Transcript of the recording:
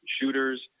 shooters